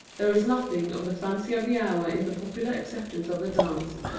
there is nothing of the fancy of the hour in the popular acceptance of the dance,